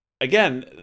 Again